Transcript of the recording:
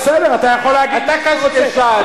בסדר, אתה יכול להגיד מה שאתה רוצה.